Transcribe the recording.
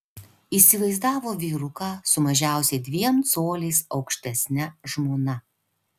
įsivaizdavo vyruką su mažiausiai dviem coliais aukštesne žmona